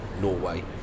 Norway